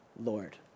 Lord